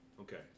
okay